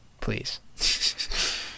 Please